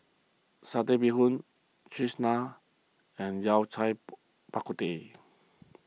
Satay Bee Hoon Cheese Naan and Yao Cai Bak Kut Teh